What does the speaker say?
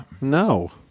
No